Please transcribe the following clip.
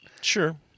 Sure